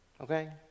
Okay